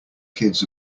kids